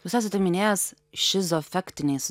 jūs esate minėjęs šizoafektiniai